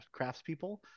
craftspeople